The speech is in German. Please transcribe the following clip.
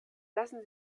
lassen